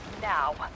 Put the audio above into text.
now